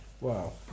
wow